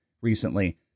recently